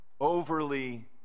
overly